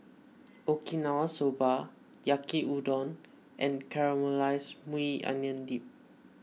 Okinawa Soba Yaki Udon and Caramelized Maui Onion Dip